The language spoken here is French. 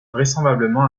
vraisemblablement